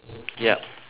yup